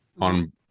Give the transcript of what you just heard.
on